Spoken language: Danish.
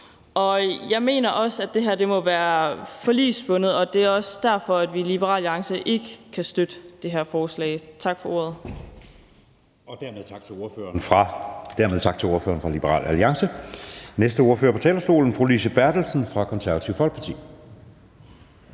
Jeg mener også, at det her må være forligsbundet, og det er også derfor, at vi i Liberal Alliance ikke kan støtte det her forslag. Tak for ordet. Kl. 14:44 Anden næstformand (Jeppe Søe): Dermed tak til ordføreren fra Liberal Alliance. Næste ordfører på talerstolen er fru Lise Bertelsen fra Det Konservative Folkeparti.